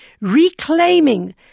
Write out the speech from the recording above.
reclaiming